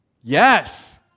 Yes